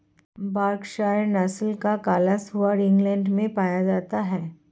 Berkshire नस्ल का काला सुअर इंग्लैण्ड में पाया जाता है